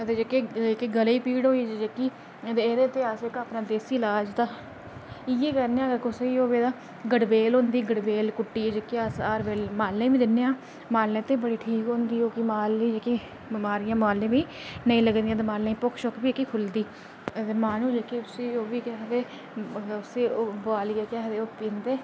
ते जेह्के जेह्के गले गी पीड़ जेह्की एहदे ते अस इक अपना देसी इलाज इसदा इयै करने आं अगर कोई कुसै गी होऐ तां गडबेल होंदी गड़बेल कुट्टी ऐ अस अपने मालै गी बी दिन्ने आं माले ते बड़ी ठीक होंदा ओह् बड़ियां सारियां माले गी बी नेईं लगदियां माले गी भुक्ख शुक बी जेह्की खोह्लदी अगर माह्नू जेह्के उसी ओह् केह् आखदे उसी उबालियै पींदे